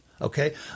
Okay